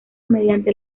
mediante